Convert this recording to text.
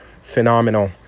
phenomenal